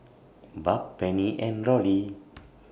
Barb Penny and Rollie